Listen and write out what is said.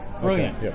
Brilliant